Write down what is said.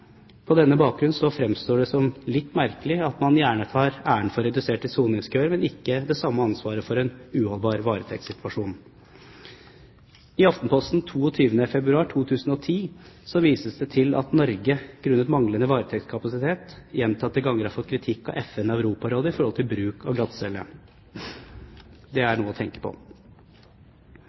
På denne bakgrunn fremstår det som litt merkelig at man gjerne tar æren for reduserte soningskøer, men ikke det samme ansvaret for en uholdbar varetektssituasjon. I Aftenposten 22. februar 2010 vises det til at Norge grunnet manglende varetektskapasitet gjentatte ganger har fått kritikk av FN og Europarådet for bruk av glattcelle. Det er noe å tenke på.